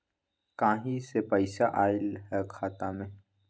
कहीं से पैसा आएल हैं खाता में?